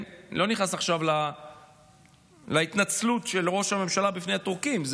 אני לא נכנס עכשיו להתנצלות של ראש הממשלה בפני הטורקים,